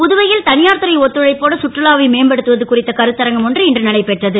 புதுவை ல் த யார் துறை ஒத்துழைப்போடு சுற்றுலாவை மேம்படுத்துவது குறித்த கருத்தரங்கம் ஒன்று இன்று நடைபெற்றது